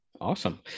awesome